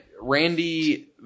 Randy